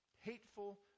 hateful